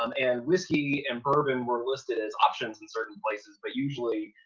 um and whiskey and bourbon were listed as options in certain places, but usually,